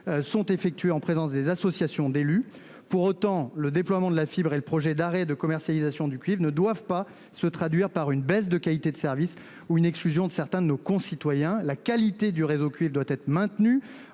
Sont effectuées en présence des associations d'élus pour autant le déploiement de la fibre et le projet d'arrêt de commercialisation du cuivre ne doivent pas se traduire par une baisse de qualité de service ou une exclusion de certains de nos concitoyens, la qualité du réseau cuivre doit être maintenue